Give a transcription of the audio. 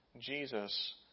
Jesus